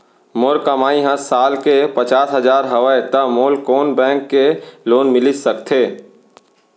मोर कमाई ह साल के पचास हजार हवय त मोला कोन बैंक के लोन मिलिस सकथे?